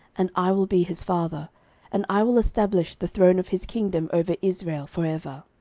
and i will be his father and i will establish the throne of his kingdom over israel for ever.